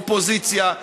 אופוזיציה,